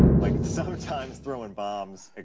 like sometimes throwing bombs, ah